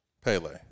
Pele